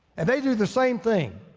and they do the same thing.